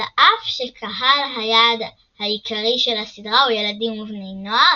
על אף שקהל היעד העיקרי של הסדרה הוא ילדים ובני־נוער,